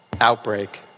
outbreak